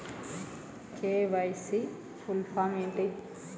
KYC full form ఏంటి?